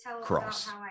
cross